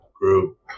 Group